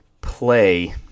play